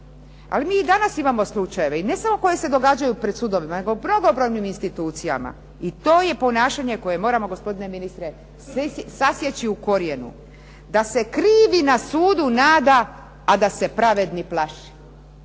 Ali mi i danas imamo slučajeve i ne samo koji se događaju pred sudovima, nego mnogobrojnim institucijama i to je ponašanje koje moramo gospodine ministre sasjeći u korijenu. Da se krivi na sudu nada, a da se pravedni plaši.